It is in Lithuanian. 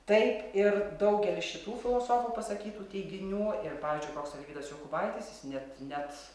taip ir daugelis šitų filosofų pasakytų teiginių ir pavyzdžiui koks alvydas jokubaitis jis net net